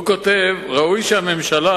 הוא כותב: "ראוי שהממשלה